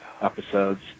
episodes